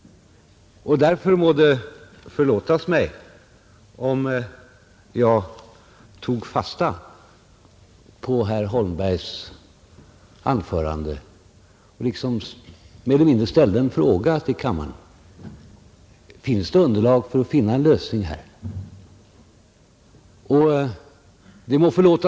Därför må det förlåtas mig om jag tog fasta på herr Holmbergs anförande och liksom mer eller mindre ställde en fråga till kammaren: Har vi underlag för att finna en lösning på denna punkt?